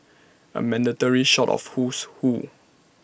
A mandatory shot of Who's Who